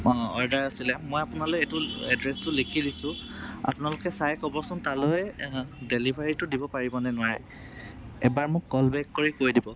order আছিলে মই আপোনালৈ এইটো এড্ৰেছটো লিখি দিছোঁ আপোনালোকে চাই ক'বচোন তালৈ ডেলিভাৰীটো দিব পাৰিবনে নোৱাৰে এবাৰ মোক কল বেক কৰি কৈ দিব